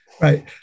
Right